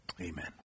Amen